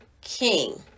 king